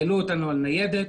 העלו אותנו על ניידת,